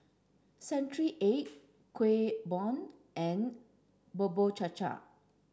century egg Kueh Bom and Bubur Cha Cha